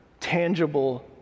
tangible